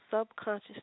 subconscious